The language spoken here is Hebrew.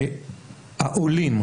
שהעולים,